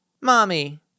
mommy